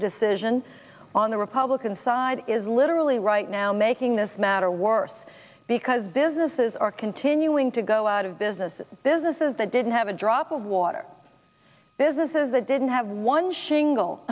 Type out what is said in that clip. decision on the republican side is literally right now making this matter worse because businesses are continuing to go out of business businesses that didn't have a drop of water businesses that didn't have one shingle